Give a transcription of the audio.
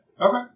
Okay